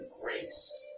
grace